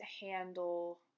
handle